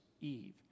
Eve